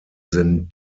sind